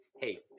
Hey